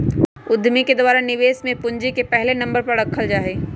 उद्यमि के द्वारा निवेश में पूंजी के पहले नम्बर पर रखल जा हई